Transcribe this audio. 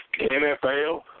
NFL